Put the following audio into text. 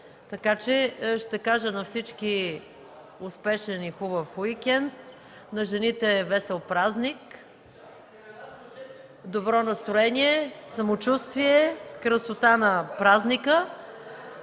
така че ще кажа на всички: успешен и хубав уикенд, на жените – весел празник, добро настроение, самочувствие, красота на празника!